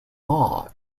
law